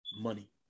money